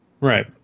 right